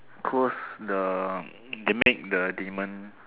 because the they make the demon